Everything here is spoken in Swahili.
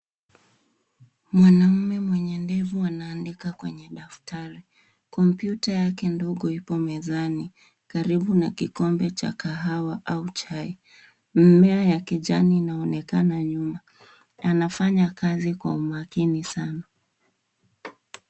Mwanaume mwenye ndevu anaandika kwenye daftari. Kompyuta yake ndogo ipo mezani karibu na kikombe cha kahawa au chai. Mmea ya kijani inaonekana nyuma. Anafanya kazi kwa umakini sana.